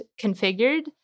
configured